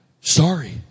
Sorry